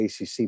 ACC